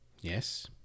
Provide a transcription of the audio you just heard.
Yes